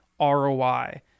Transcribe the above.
ROI